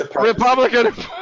Republican